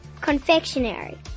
Confectionery